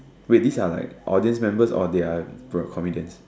wait these are like audience members or they are Pro comedians